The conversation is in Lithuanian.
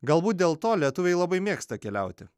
galbūt dėl to lietuviai labai mėgsta keliauti